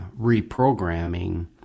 reprogramming